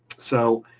so